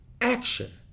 action